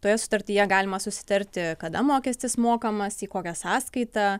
toje sutartyje galima susitarti kada mokestis mokamas į kokią sąskaitą